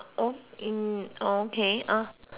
oh okay uh